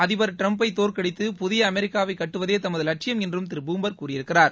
அதிபர் ட்ரம்பை தோற்கடித்து புதிய அமெரிக்காவை கட்டுவதே தமது லட்சயம் என்று திரு பூம்பர்க் கூறியிருக்கிறார்